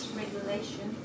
regulation